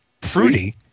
fruity